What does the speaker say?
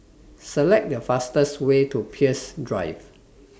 Select The fastest Way to Peirce Drive